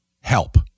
help